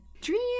dream